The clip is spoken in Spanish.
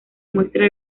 muestra